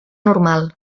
normal